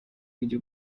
video